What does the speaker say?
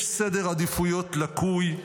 יש סדר עדיפויות לקוי,